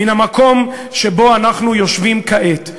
מן המקום שבו אנחנו יושבים כעת.